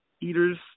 Eaters